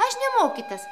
aš nemokytas